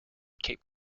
cape